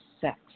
sex